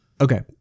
Okay